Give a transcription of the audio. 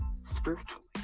spiritually